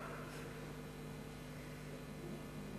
כל מדינה.